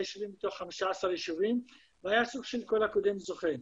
יישובים מתוך 15 יישובים והיה סוג של כל הקודם זוכה,